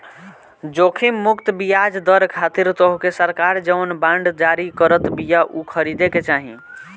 जोखिम मुक्त बियाज दर खातिर तोहके सरकार जवन बांड जारी करत बिया उ खरीदे के चाही